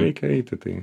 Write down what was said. reikia eiti tai